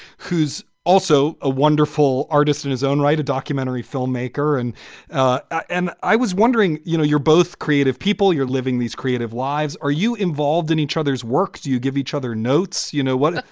who's also a wonderful artist in his own right, a documentary filmmaker. and and i was wondering, you know, you're both creative people. you're living these creative lives. are you involved in each other's work? do you give each other notes? you know what? ah